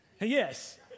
Yes